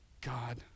God